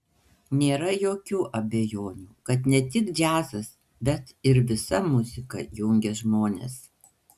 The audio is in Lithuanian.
nėra jokių abejonių kad ne tik džiazas bet ir visa muzika jungia žmonės